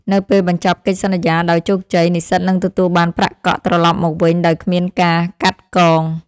នៅពេលបញ្ចប់កិច្ចសន្យាដោយជោគជ័យ និស្សិតនឹងទទួលបានប្រាក់កក់ត្រឡប់មកវិញដោយគ្មានការកាត់កង។